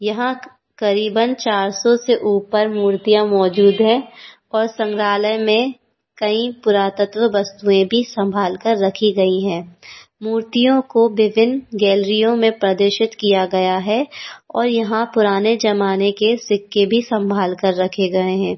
यहाँ करीबन चार सौ से ऊपर मूर्तियाँ मौजूद हैं और संग्रहालय में कई पुरातत्व वस्तुऍं भी सम्भाल कर रखी गई हैं मूर्तियों को विभिन्न गैलरियों में प्रदर्शित किया गया है और यहाँ पुराने ज़माने के सिक्के भी सम्भाल कर रखे गए हैं